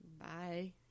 Bye